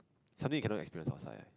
something you cannot experience outside